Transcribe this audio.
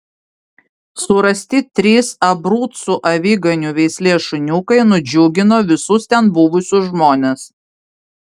surasti trys abrucų aviganių veislės šuniukai nudžiugino visus ten buvusius žmones